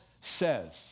says